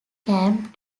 camp